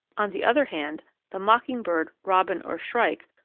on the other hand, the mockingbird, robin, or shrike,